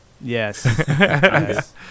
Yes